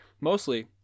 mostly